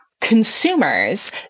consumers